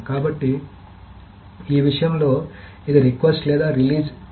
కాబట్టి ఈ విషయంలో ఇది రెక్యూస్ట్స్ లేదా రిలీజ్